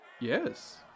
Yes